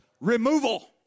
removal